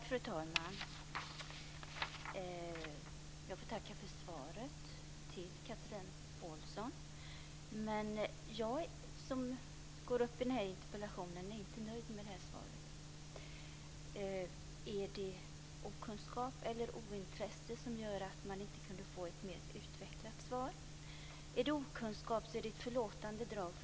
Fru talman! Jag får tacka för svaret till Chatrine Pålsson. Jag som nu går upp i interpellationsdebatten är inte nöjd med svaret. Är det okunskap eller ointresse som gör att svaret inte var mer utvecklat? Okunskap är ett förlåtande drag.